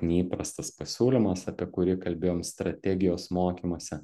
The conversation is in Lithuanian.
neįprastas pasiūlymas apie kurį kalbėjom strategijos mokymuose